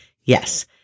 Yes